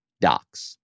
docs